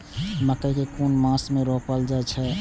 मकेय कुन मास में रोपल जाय छै?